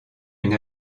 une